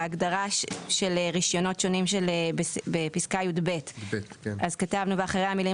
בהגדרה של רישיונות שונים בפסקה (יב) כתבנו: "ואחרי המילים